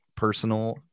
personal